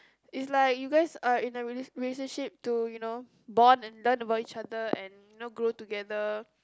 is like you guys are in a rela~ relationship to you know bond and learn about each other and you know grow together